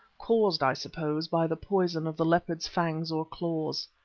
caused, i suppose, by the poison of the leopard's fangs or claws.